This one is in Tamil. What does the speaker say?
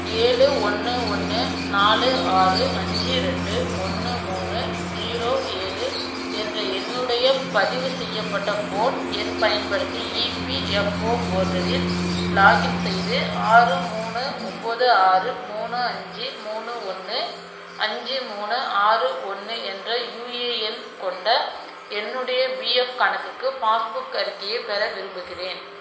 ஏழு ஒன்று ஒன்று நாலு ஆறு அஞ்சு ரெண்டு ஒன்று மூணு ஜீரோ ஏழு என்ற என்னுடைய பதிவு செய்யப்பட்ட ஃபோன் எண் பயன்படுத்தி இபிஎஃப்ஓ போர்ட்டலில் லாக்இன் செய்து ஆறு மூணு ஒம்பது ஆறு மூணு அஞ்சு மூணு ஒன்று அஞ்சு மூணு ஆறு ஒன்று என்ற யுஏஎன் கொண்ட என்னுடைய பிஎஃப் கணக்குக்கு பாஸ்புக் அறிக்கையை பெற விரும்புகிறேன்